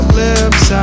lips